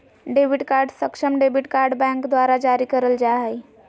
debit card सक्षम debit card bank द्वारा जारी करल जा हइ